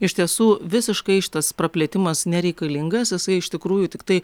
iš tiesų visiškai šitas praplėtimas nereikalingas jisai iš tikrųjų tiktai